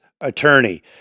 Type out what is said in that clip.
attorney